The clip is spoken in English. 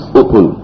open